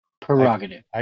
Prerogative